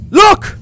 look